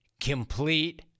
complete